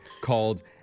called